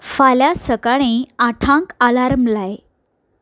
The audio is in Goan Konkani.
फाल्यां सकाळीं आठांक आलार्म लाय